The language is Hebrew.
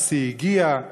נשיא הגיע,